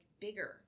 bigger